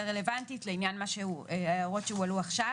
רלוונטית לעניין ההערות שהועלו עכשיו.